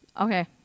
Okay